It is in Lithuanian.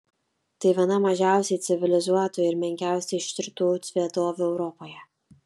tai viena mažiausiai civilizuotų ir menkiausiai ištirtų vietovių europoje